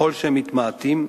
וככל שמתמעטים,